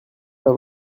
pas